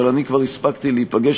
אבל אני כבר הספקתי להיפגש,